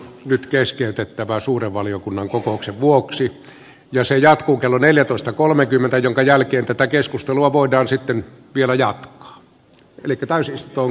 nyt keskeytettävä suuren valiokunnan kokouksen vuoksi ja se jatkuu kello neljätoista kolmekymmentä jonka jälkeen tätä keskustelua voidaan sitten vielä jatkoa eli takaisinosto on